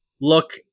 look